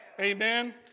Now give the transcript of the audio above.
Amen